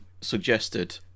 suggested